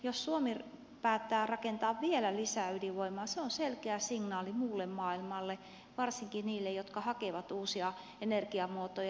jos suomi päättää rakentaa vielä lisää ydinvoimaa se on selkeä signaali muulle maailmalle varsinkin niille jotka hakevat uusia energiamuotoja